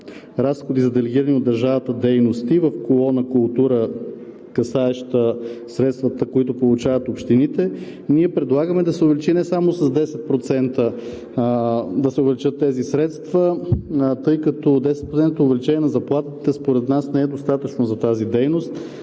разходи за делегирани от държавата дейности, в колона „Култура“, касаеща средствата, които получават общините, но и предлагаме да се увеличат не само с 10% тези средства, тъй като десетпроцентното увеличение на заплатите според нас не е достатъчно за тази дейност.